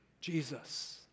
Jesus